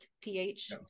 ph